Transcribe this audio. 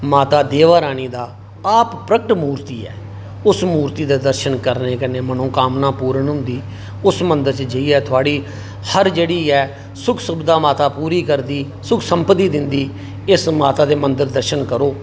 माता देवा रानी दा आप प्रकट मूर्ती ऐ उस मूर्ती दे दर्शन करने कन्नै मनोकामना पूर्ण होंदी उस मंदर च जाइयै थुआढ़ी हर जेह्ड़ी ऐ सुख सुबिधा माता पूरी करदी सुख सम्पति दिंदी इस लेई माता दे मंदर दर्शन करो